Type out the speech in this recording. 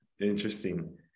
interesting